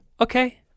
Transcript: okay